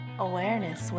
Awareness